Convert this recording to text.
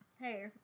Hey